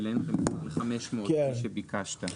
העלינו ל-500 כפי שביקשת.